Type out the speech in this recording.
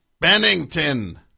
Bennington